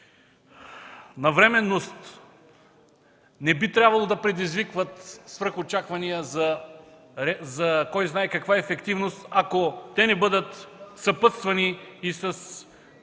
навременност не би трябвало да предизвикват свръхочаквания за кой знае каква ефективност, ако те не бъдат съпътствани и с